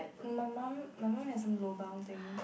no my mum my mum has some lobang thing